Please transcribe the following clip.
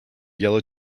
yellow